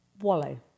wallow